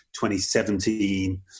2017